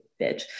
bitch